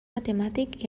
matemàtic